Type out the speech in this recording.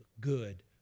good